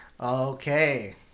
Okay